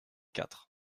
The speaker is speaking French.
quatre